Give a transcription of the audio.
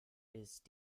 ist